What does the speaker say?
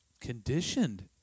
conditioned